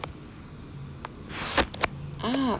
ah